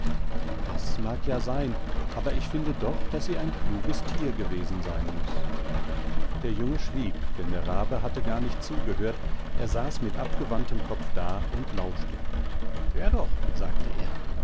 das mag ja sein aber ich finde doch daß sie ein kluges tier gewesenseinmuß der junge schwieg denn der rabe hatte gar nicht zugehört er saß mit abgewandtem kopf da und lauschte hör doch sagte er